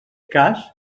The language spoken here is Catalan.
cas